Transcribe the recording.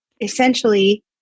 essentially